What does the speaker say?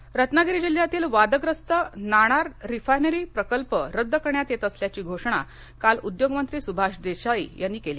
नाणार रत्नागिरी जिल्ह्यातील वादग्रस्त नाणार रिफायनरी प्रकल्प रद्द करण्यात येत असल्याची घोषणा काल उद्योगमंत्री सुभाष देसाई यांनी केली